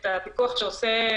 זה צעד מרחיק לכם.